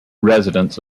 residents